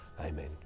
Amen